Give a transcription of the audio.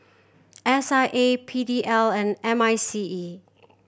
S I A P D L and M I C E